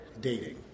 dating